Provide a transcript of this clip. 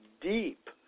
deep